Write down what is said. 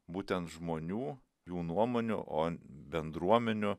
būtent žmonių jų nuomonių o bendruomenių